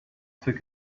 took